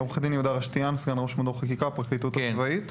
סגן ראש מדור חקיקה, הפרקליטות הצבאית.